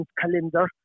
calendar